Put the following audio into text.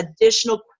additional